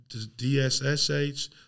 DSSH